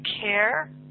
care